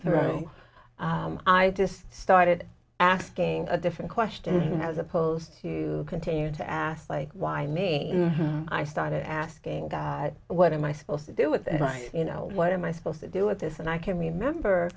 through i just started asking a different question as opposed to continue to ask like why me i start asking what am i supposed to do with you know what am i supposed to do with this and i can remember